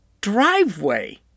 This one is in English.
driveway